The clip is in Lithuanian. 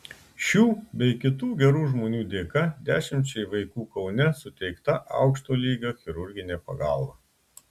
šių bei kitų gerų žmonių dėka dešimčiai vaikų kaune suteikta aukšto lygio chirurginė pagalba